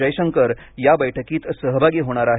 जयशंकर या बैठकीत सहभागी होणार आहेत